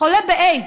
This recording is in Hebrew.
חולה באיידס,